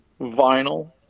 vinyl